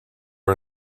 are